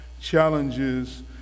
Challenges